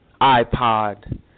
iPod